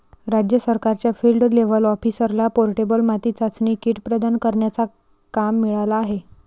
राज्य सरकारच्या field level ऑफिसरला पोर्टेबल माती चाचणी किट प्रदान करण्याचा काम मिळाला आहे